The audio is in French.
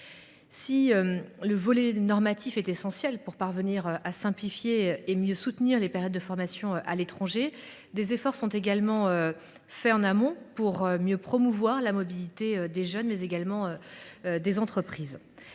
Si le volet normatif est essentiel pour parvenir à simplifier et à mieux soutenir les périodes de formation à l’étranger, des efforts sont également faits en amont pour mieux promouvoir la mobilité auprès des jeunes, mais également des entreprises.